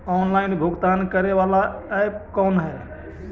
Online भुगतान करे बाला ऐप कौन है?